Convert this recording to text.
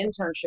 internship